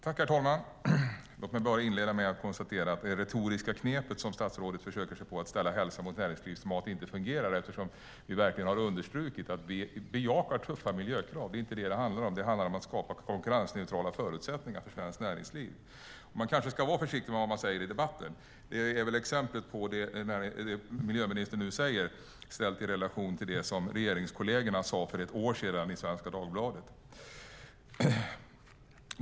Herr talman! Jag konstaterar inledningsvis att det retoriska knep som statsrådet försöker sig på, att ställa hälsa mot näringsliv, inte fungerar eftersom vi verkligen har understrukit att vi bejakar tuffa miljökrav. Det är inte detta det handlar om. Det handlar om att skapa konkurrensneutrala förutsättningar för svenskt näringsliv. Man kanske ska vara försiktig med vad man säger i debatten. Det som miljöministern nu säger är ett exempel på detta, ställt i relation till det som regeringskollegerna sade för ett år sedan i Svenska Dagbladet.